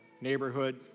neighborhood